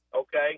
Okay